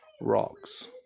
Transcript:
rocks